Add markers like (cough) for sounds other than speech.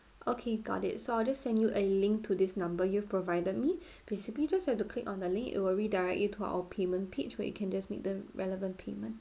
okay got it so I'll just send you a link to this number you've provided me (breath) basically just have to click on the link it will redirect you to our payment page where you can just make the relevant payment